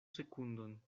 sekundon